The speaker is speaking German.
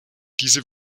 diese